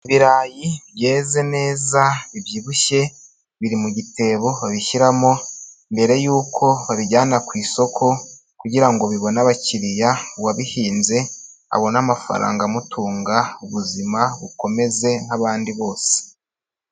Ibirayi byeze neza bibyibushye, biri mu gitebo babishyiramo mbere y'uko babijyana ku isoko kugira ngo bibone abakiriya, uwabihinze abone amafaranga amutunga, ubuzima bukomeze nk'abandi bose.